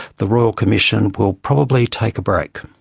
the royal commission will probably take a break.